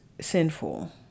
sinful